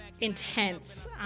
Intense